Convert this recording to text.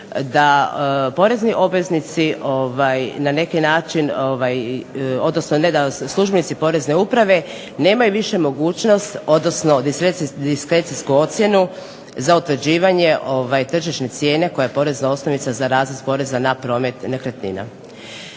da porezni obveznici na neki način, odnosno da službenici porezne uprave nemaju više mogućnost, odnosno diskrecijsku ocjenu za utvrđivanje tržišne cijene koja porezna osnovica za …/Ne razumije se./… poreza na promet nekretnina.